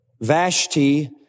Vashti